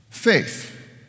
Faith